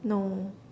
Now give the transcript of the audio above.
no